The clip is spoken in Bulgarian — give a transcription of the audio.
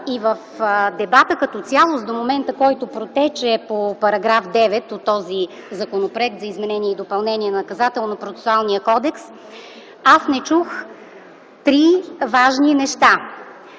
и в дебата като цяло, който протече до момента по § 9 от този Законопроект за изменение и допълнение на Наказателно-процесуалния кодекс, аз не чух три важни неща.